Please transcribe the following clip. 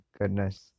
goodness